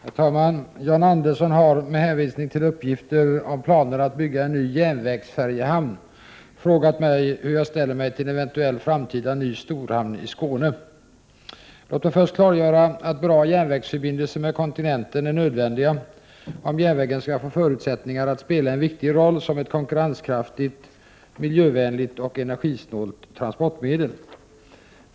Herr talman! Jan Andersson har, med hänvisning till uppgifter om planer att bygga en ny järnvägsfärjehamn, frågat mig hur jag ställer mig till en eventuell framtida ny storhamn i Skåne. Låt mig först klargöra att bra järnvägsförbindelser med kontinenten är nödvändiga om järnvägen skall få förutsättningar att spela en viktig roll som ett konkurrenskraftigt, miljövänligt och energisnålt tranportmedel.